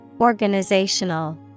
Organizational